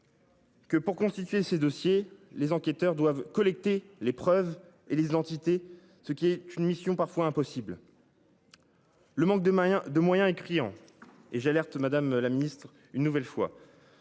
Que pour constituer ses dossiers. Les enquêteurs doivent collecter les preuves et les identités ce qui est une mission parfois impossible. Le manque de moyens, de moyens est criant et j'alerte Madame la Ministre une nouvelle fois.